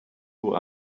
who